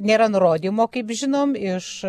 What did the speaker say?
nėra nurodymo kaip žinom iš